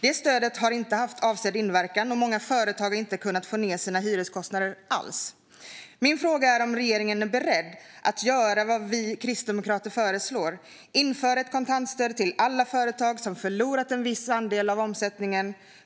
Det stödet har inte haft avsedd inverkan, och många företagare har inte kunnat få ned sina hyreskostnader alls. Min fråga är om regeringen är beredd att göra vad vi kristdemokrater föreslår och införa ett kontantstöd till alla företag som förlorat en viss andel av omsättningen.